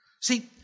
See